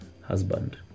husband